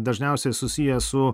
dažniausiai susiję su